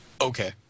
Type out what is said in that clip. Okay